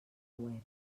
web